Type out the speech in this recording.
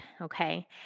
okay